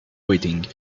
waiting